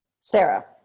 Sarah